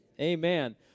Amen